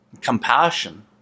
compassion